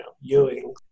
Ewing